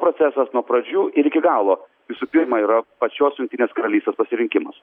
procesas nuo pradžių ir iki galo visų pirma yra pačios jungtinės karalystės pasirinkimas